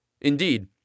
Indeed